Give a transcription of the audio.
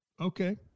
okay